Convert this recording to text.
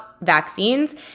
vaccines